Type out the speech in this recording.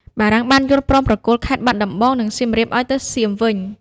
បារាំងបានយល់ព្រមប្រគល់ខេត្តបាត់ដំបង និងសៀមរាបឲ្យទៅសៀមវិញ។